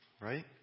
Right